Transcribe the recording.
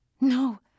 No